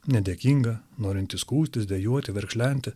nedėkingą norintį skųstis dejuoti verkšlenti